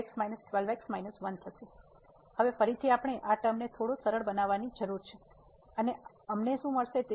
તેથી હવે ફરીથી આપણે આ ટર્મને થોડો સરળ બનાવવાની જરૂર છે અને અમને શું મળશે